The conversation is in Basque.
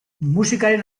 musikaren